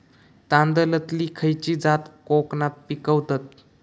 तांदलतली खयची जात कोकणात पिकवतत?